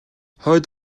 хойд